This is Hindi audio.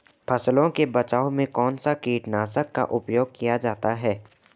फसलों के बचाव में कौनसा कीटनाशक का उपयोग किया जाता है?